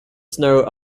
snow